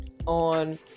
on